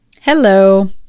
Hello